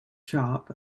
sharp